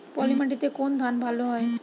পলিমাটিতে কোন ধান ভালো হয়?